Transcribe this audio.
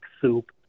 soup